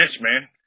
man